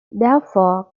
therefore